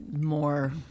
more